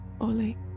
Oli